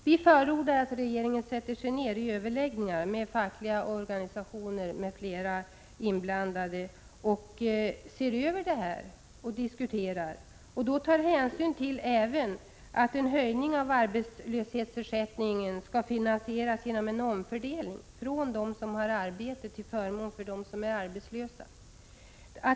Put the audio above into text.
Vi förordar att regeringen sätter sig ner i överläggningar med fackliga organisationer m.fl. inblandade för att se över och diskutera frågan. Utgångspunkten bör då vara att en höjning av arbetslöshetsförsäkringen skall finansieras genom en omfördelning från dem som har arbete till dem som är arbetslösa.